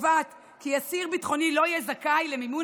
קובעת כי אסיר ביטחוני לא יהיה זכאי למימון